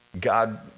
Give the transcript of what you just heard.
God